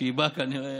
שהיא באה כנראה